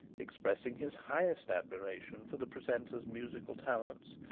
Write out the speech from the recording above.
expressing his highest admiration for the precentor's musical talents,